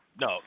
no